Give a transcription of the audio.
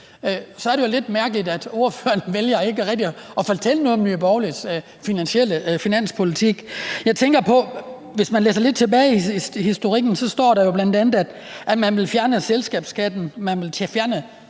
så er det lidt mærkeligt, at ordføreren vælger ikke rigtig at fortælle noget om Nye Borgerliges finanspolitik. Jeg tænker på, at man kan se, at der, hvis man læser lidt tilbage i historikken, jo bl.a. står, at man vil fjerne selskabsskatten, at man vil fjerne